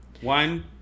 One